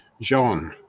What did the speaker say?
Jean